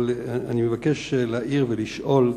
אבל אני מבקש להעיר ולשאול: